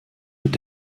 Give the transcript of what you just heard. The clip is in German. mit